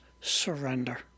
surrender